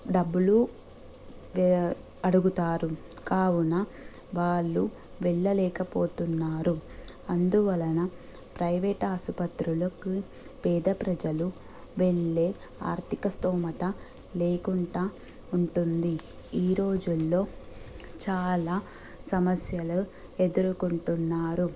డబ్బులు అడుగుతారు కావున వాళ్ళు వెళ్ళలేకపోతున్నారు అందువలన ప్రైవేట్ ఆసుపత్రులకు పేద ప్రజలు వెళ్లే ఆర్థిక స్థోమత లేకుండా ఉంటుంది ఈ రోజులలో చాలా సమస్యలు ఎదుర్కొంటున్నారు